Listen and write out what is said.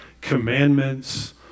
commandments